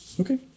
Okay